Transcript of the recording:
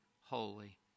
holy